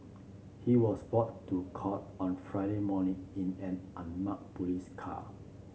he was brought to court on Friday morning in an unmarked police car